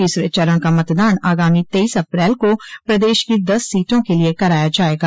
तीसरे चरण का मतदान आगामी तेईस अप्रैल को प्रदेश की दस सीटों के लिये कराया जायेगा